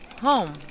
home